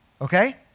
Okay